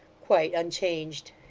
quite unchanged.